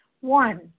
One